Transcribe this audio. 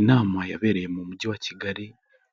Inama yabereye mu mujyi wa Kigali,